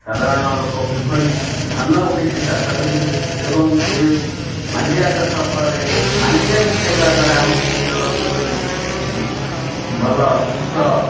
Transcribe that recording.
ସାଧାରଣ ଲୋକ କିଭଳି ଧାନ ଭଳି ସେ ଚାଷ କରିବେ ଏବଂ ଏ ମାଣ୍ଡିଆ ଚାଷ ଫଳରେ ମାଣ୍ଡିଆକୁ ଖାଇବା ଦ୍ୱାରା ଆମ ଶରୀରର କିପରି ଭଲ ସୁସ୍ଥ